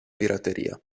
pirateria